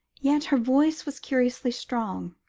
yet her voice was curiously strong,